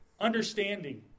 understanding